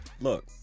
look